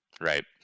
Right